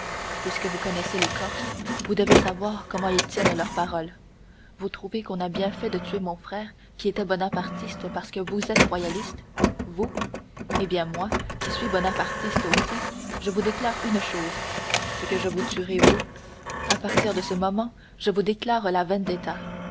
puisque vous connaissez les corses vous devez savoir comment ils tiennent leur parole vous trouvez qu'on a bien fait de tuer mon frère qui était bonapartiste parce que vous êtes royaliste vous eh bien moi qui suis bonapartiste aussi je vous déclare une chose c'est que je vous tuerai vous à partir de ce moment je vous déclare la